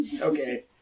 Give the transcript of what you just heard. Okay